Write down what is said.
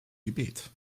gebet